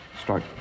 start